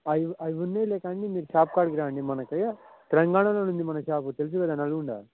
అవి ఉన్నాయిలే కానీ మీరు షాప్ కాడికి రండి మనకు తెలంగాణలో ఉంది మన షాపు తెలుసుకదా నల్గొండ